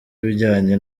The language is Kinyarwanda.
ibijyanye